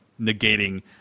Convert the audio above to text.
negating